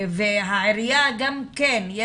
והעירייה גם כן.